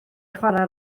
chwarae